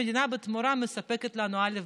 והמדינה בתמורה מספקת לנו א',